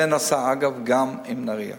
זה נעשה גם עם "נהרייה".